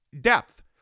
depth